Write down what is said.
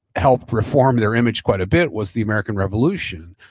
helped reform their image quite a bit was the american revolution,